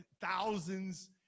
thousands